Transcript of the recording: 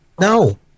No